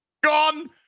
Gone